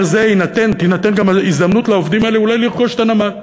תינתן הזדמנות לעובדים האלה אולי לרכוש את הנמל.